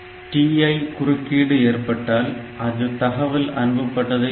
TI குறுக்கீடு ஏற்பட்டால் அது தகவல் அனுப்பப்பட்டதை குறிக்கும்